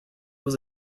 was